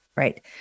Right